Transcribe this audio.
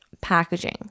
packaging